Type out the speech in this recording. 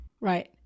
right